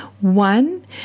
One